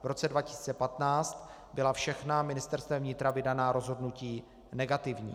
V roce 2015 byla všechna Ministerstvem vnitra vydaná rozhodnutí negativní.